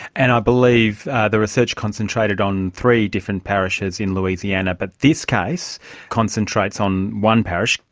and i believe the research concentrated on three different parishes in louisiana, but this case concentrates on one parish,